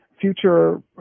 future